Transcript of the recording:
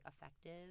effective